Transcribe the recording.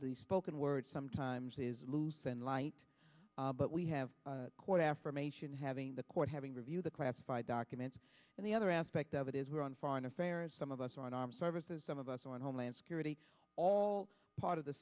the spoken word sometimes is loose and light but we have court affirmation having the court having reviewed the classified documents and the other aspect of it is we're on foreign affairs some of us are on armed services some of us on homeland security all part of the